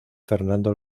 fernando